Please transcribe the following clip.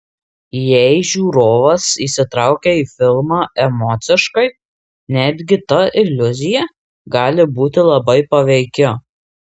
jei žiūrovas įsitraukia į filmą emociškai netgi ta iliuzija gali būti labai paveiki